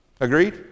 Agreed